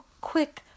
quick